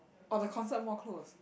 or the concert more close